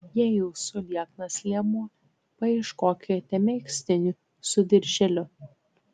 jei jūsų lieknas liemuo paieškokite megztinių su dirželiu